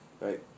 Right